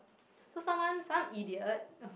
so someone some idiot